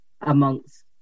amongst